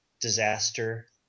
disaster